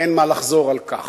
אין מה לחזור על כך.